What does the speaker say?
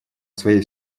своей